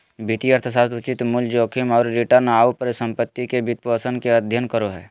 वित्तीय अर्थशास्त्र उचित मूल्य, जोखिम आऊ रिटर्न, आऊ परिसम्पत्ति के वित्तपोषण के अध्ययन करो हइ